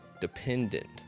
dependent